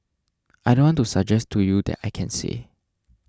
I don't want to suggest to you that I can say